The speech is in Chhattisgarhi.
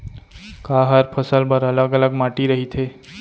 का हर फसल बर अलग अलग माटी रहिथे?